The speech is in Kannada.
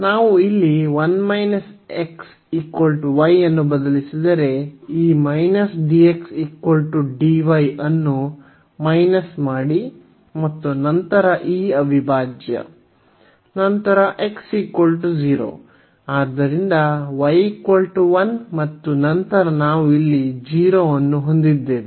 ನಾವು ಇಲ್ಲಿ 1 x y ಅನ್ನು ಬದಲಿಸಿದರೆ ಈ dx dy ಅನ್ನು ಮೈನಸ್ ಮಾಡಿ ಮತ್ತು ನಂತರ ಈ ಅವಿಭಾಜ್ಯ ನಂತರ x 0 ಆದ್ದರಿಂದ y 1 ಮತ್ತು ನಂತರ ನಾವು ಇಲ್ಲಿ 0 ಅನ್ನು ಹೊಂದಿದ್ದೇವೆ